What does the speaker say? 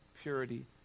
purity